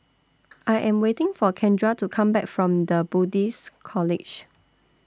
I Am waiting For Kendra to Come Back from The Buddhist College